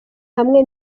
hamwe